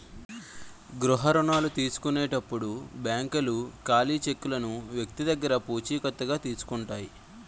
గృహ రుణాల తీసుకునేటప్పుడు బ్యాంకులు ఖాళీ చెక్కులను వ్యక్తి దగ్గర పూచికత్తుగా తీసుకుంటాయి